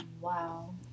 Wow